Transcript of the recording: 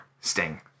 sting